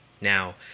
Now